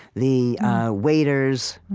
the waiters.